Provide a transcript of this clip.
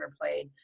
played